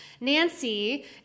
Nancy